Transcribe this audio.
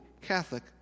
Catholic